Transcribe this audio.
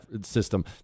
system